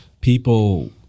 people